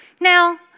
Now